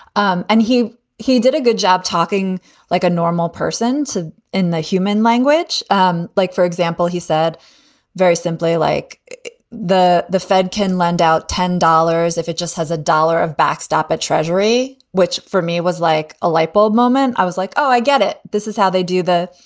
um and he he did a good job talking like a normal person to in the human language, um like, for example, he said very simply, like the the fed can lend out ten dollars dollars if it just has a dollar of backstop at treasury, which for me was like a light bulb moment. i was like, oh, i get it. this is how they do that.